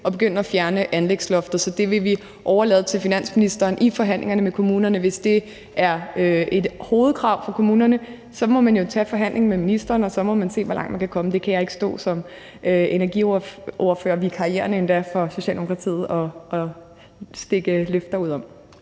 man begynder at fjerne anlægsloftet. Så det vil vi overlade til finansministeren i forhandlingerne med kommunerne, og hvis det er et hovedkrav fra kommunerne, må man jo tage forhandlingen med ministeren, og så må man se, hvor langt man kan komme. Men det kan jeg som energiordfører – og endda vikarierende – for Socialdemokratiet ikke stå og stikke løfter ud om.